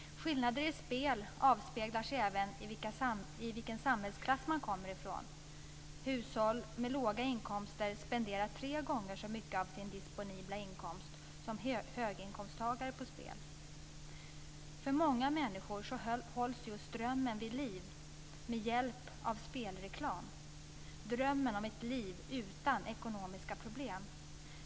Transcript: Skillnader i spel avspeglar sig även i vilken samhällsklass man kommer ifrån. Hushåll med låga inkomster spenderar tre gånger så mycket av sin disponibla inkomst på spel som höginkomsttagare gör. För många människor hålls drömmen vid liv med hjälp av spelreklam, drömmen om ett liv utan ekonomiska problem.